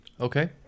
Okay